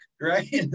right